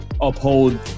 uphold